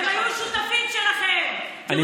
הם היו החברים שלכם, הם היו שותפים שלכם.